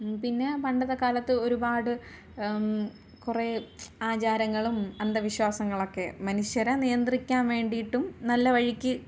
പിന്നെ പണ്ടത്തെ കാലത്ത് ഒരുപാട് കുറേ ആചാരങ്ങളും അന്ധവിശ്വാസങ്ങളൊക്കെ മനുഷ്യരെ നിയന്ത്രിക്കാൻ വേണ്ടിയിട്ടും നല്ല വഴിക്ക്